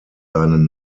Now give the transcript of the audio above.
seinen